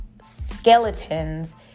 skeletons